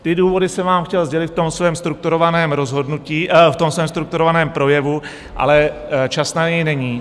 Ty důvody jsem vám chtěl sdělit v tom svém strukturovaném rozhodnutí, v tom svém strukturovaném projevu, ale čas na něj není.